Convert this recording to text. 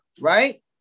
right